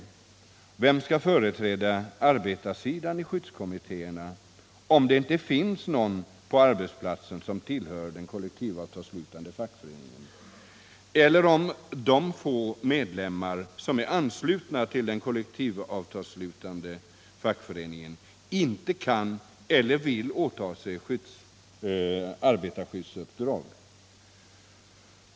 Vem skall företräda arbetarsidan i skyddskommittéerna, om det inte finns någon på arbetsplatsen som tillhör den kollektivavtalsslutande fackföreningen eller om de få medlemmar som är anslutna till den kollektivavtalsslutande fackföreningen inte kan eller vill åta sig arbetarskyddsuppdrag?